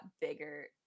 bigger